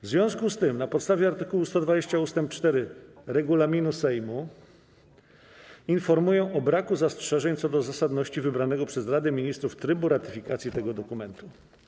W związku z tym, na podstawie art. 120 ust. 4 regulaminu Sejmu, informuję o braku zastrzeżeń co do zasadności wybranego przez Radę Ministrów trybu ratyfikacji tego dokumentu.